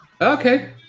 Okay